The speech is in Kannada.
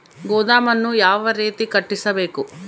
ಗೋದಾಮನ್ನು ಯಾವ ರೇತಿ ಕಟ್ಟಿಸಬೇಕು?